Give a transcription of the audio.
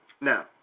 Now